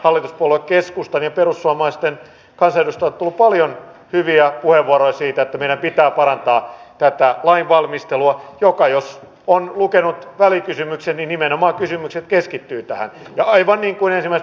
puhutaan vaikka puhelinpylväs polvilleen tuohon niin hyviä huelvaa siitä kenen pitää parantaa siinä ollaan mutta käytännöstä on lukenut välikysymyksen nimenomaan kysymykset keskittyy tähän luisuttu hyvin kauas